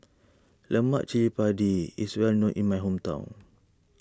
Lemak Cili Padi is well known in my hometown